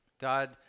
God